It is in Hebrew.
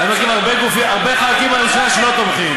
אני מכיר הרבה ח"כים בממשלה שלא תומכים